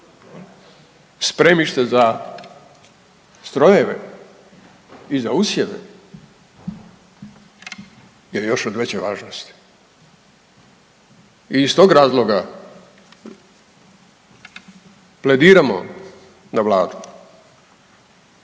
spremište za strojeve i za usjeve je još od veće važnosti i iz tog razloga plediramo na Vladu